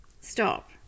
Stop